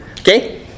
Okay